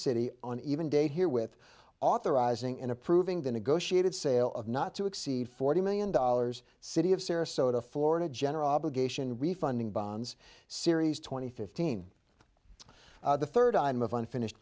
city on even day here with authorizing in approving the negotiated sale of not to exceed forty million dollars city of sarasota florida general obligation refunding bonds series two thousand and fifteen the third item of unfinished